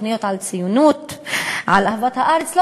תוכניות על ציונות ועל אהבת הארץ לא